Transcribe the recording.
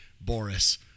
Boris